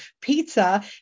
pizza